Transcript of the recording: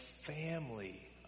family